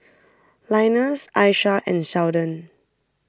Linus Aisha and Seldon